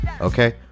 okay